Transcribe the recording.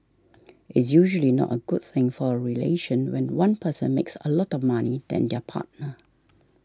it's usually not a good thing for a relation when one person makes a lot more money than their partner